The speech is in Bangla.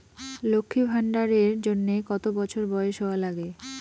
লক্ষী ভান্ডার এর জন্যে কতো বছর বয়স হওয়া লাগে?